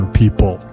people